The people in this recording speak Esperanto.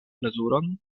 plezuron